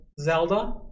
Zelda